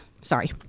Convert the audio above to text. Sorry